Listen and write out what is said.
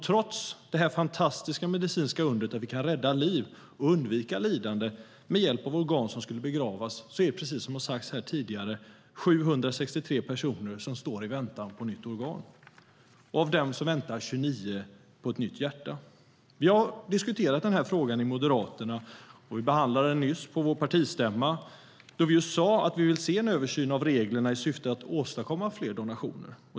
Trots detta fantastiska medicinska under - att vi kan rädda liv och undvika lidande med hjälp av organ som annars skulle begravas - står, precis som har sagts här tidigare, 763 personer i väntan på ett nytt organ. Av dessa väntar 29 personer på ett nytt hjärta. Vi har diskuterat den här frågan i Moderaterna, och vi behandlade den nyss på vår partistämma. Då sade vi att vi ville se en översyn av reglerna i syfte att åstadkomma fler donationer.